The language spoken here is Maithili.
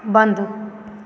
बन्द